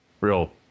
Real